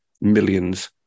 millions